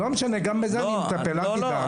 לא משנה, גם בזה אני מטפל, אל תדאג.